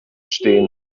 stehen